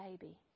baby